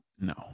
No